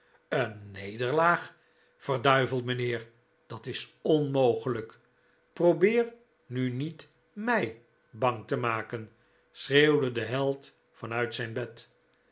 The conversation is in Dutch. een nederlaag verd mijnheer dat is onmogelijk probeer nu niet mij bang te maken schreeuwde de held van uit zijn bed